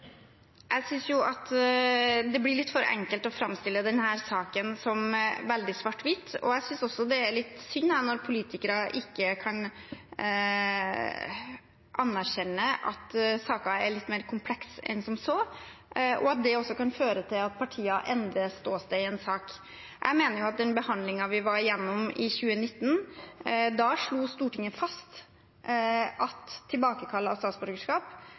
Jeg synes at det blir litt for enkelt å framstille denne saken som veldig svart–hvitt, og jeg synes også det er litt synd når politikere ikke kan anerkjenne at saker er litt mer komplekse enn som så, og at det også kan føre til at partier endrer ståsted i en sak. Jeg mener at med den behandlingen vi var igjennom i 2019, slo Stortinget fast at tilbakekall av statsborgerskap